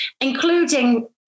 Including